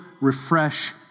refresh